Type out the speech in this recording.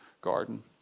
garden